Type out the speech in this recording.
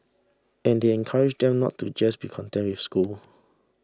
and they encourage them not to just be content with the school